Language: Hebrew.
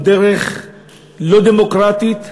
בדרך לא דמוקרטית,